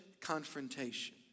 confrontation